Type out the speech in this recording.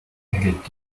erhielt